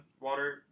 water